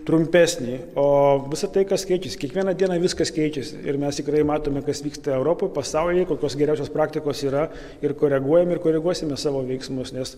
trumpesnį o visa tai kas keičiasi kiekvieną dieną viskas keičiasi ir mes tikrai matome kas vyksta europoj pasaulyje kokios geriausios praktikos yra ir koreguojam ir koreguosime savo veiksmus nes